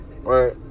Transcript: Right